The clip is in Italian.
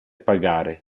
pagare